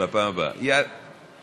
אדוני